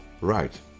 right